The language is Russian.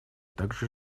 также